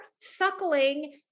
suckling